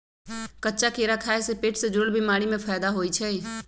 कच्चा केरा खाय से पेट से जुरल बीमारी में फायदा होई छई